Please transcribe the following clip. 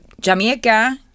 Jamaica